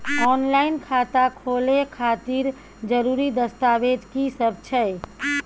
Online खाता खोले खातिर जरुरी दस्तावेज की सब छै?